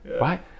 Right